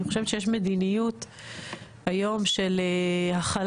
אני חושבת שיש מדיניות היום של הכלה.